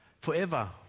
forever